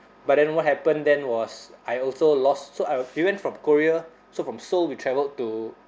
but then what happened then was I also lost so I we went from korea so from seoul we travelled to